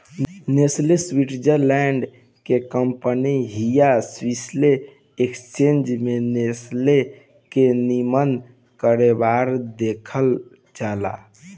Nestle Switzerland के company हिय Swiss exchange में नेस्ले के निमन कारोबार देखल जाला